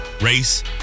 race